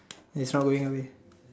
in some way way